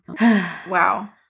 wow